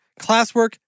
classwork